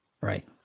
Right